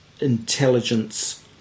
intelligence